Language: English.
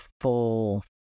full